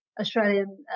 Australian